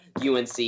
UNC